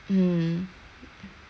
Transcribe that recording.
mm